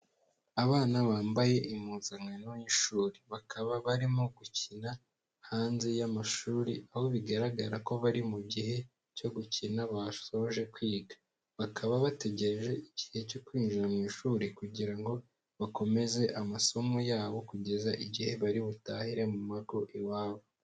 Abana bambaye impuzankano y'ishuri bakaba barimo gukina hanze y'amashuri aho bigaragara ko bari mu gihe cyo gukina basoje kwiga, bakaba bategereje igihe cyo kwinjira mu ishuri kugira ngo bakomeze amasomo yabo kugeza igihe baributahire mu mago iwabo.